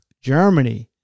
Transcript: Germany